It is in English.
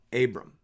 Abram